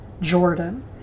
Jordan